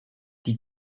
die